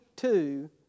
Two